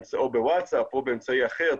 או בווטסאפ או באמצעי אחר,